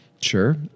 sure